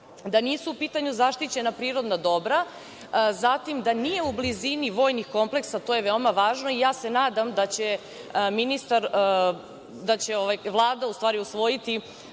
da nisu u pitanju zaštićena prirodna dobra, da nije u blizini vojni kompleks i to je veoma važno. Ja se nadam da će ministar,